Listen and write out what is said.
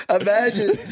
Imagine